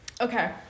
Okay